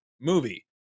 movie